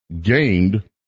gained